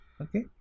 okay